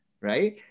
right